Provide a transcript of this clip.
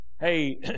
hey